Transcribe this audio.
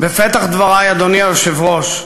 בפתח דברי, אדוני היושב-ראש,